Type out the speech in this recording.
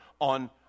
on